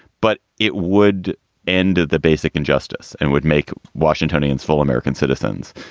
but it would end the basic injustice and would make washingtonians full american citizens.